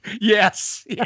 Yes